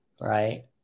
Right